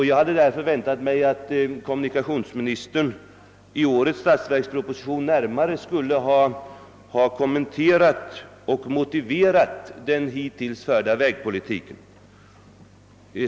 Jag hade därför väntat mig att kommunikationsministern i årets statsverksproposition närmare skulle ha kommenterat och motiverat den hittills förda vägpolitiken.